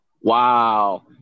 Wow